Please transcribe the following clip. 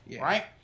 Right